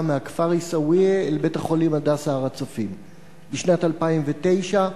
מהכפר עיסאוויה אל בית-החולים "הדסה הר-הצופים"; בשנת 2009,